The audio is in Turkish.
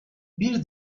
bir